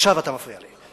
עכשיו אתה מפריע לי.